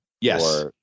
Yes